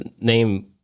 name